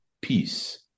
peace